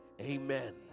Amen